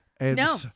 No